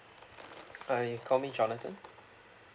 I call me jonathan